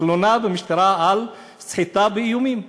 תלונה במשטרה על סחיטה באיומים.